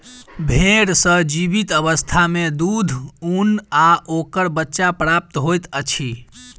भेंड़ सॅ जीवित अवस्था मे दूध, ऊन आ ओकर बच्चा प्राप्त होइत अछि